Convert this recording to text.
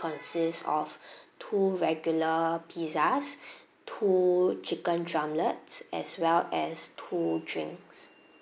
consist of two regular pizzas two chicken drumlets as well as two drinks